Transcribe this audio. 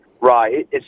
Right